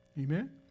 Amen